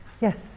Yes